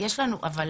יש לנו, אבל